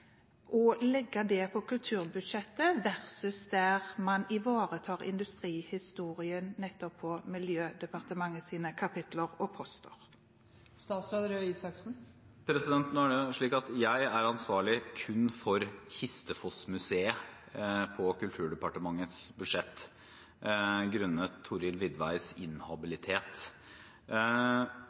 og ikke minst industrihistorien i Norge, ved å legge det på kulturbudsjettet versus det å ivareta industrihistorien på Miljødepartementets kapitler og poster. Nå er det slik at jeg er ansvarlig kun for Kistefos-Museet på Kulturdepartementets budsjett, grunnet